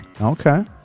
Okay